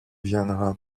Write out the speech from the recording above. viendra